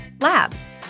Labs